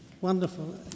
wonderful